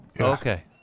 Okay